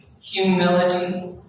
Humility